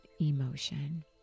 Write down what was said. emotion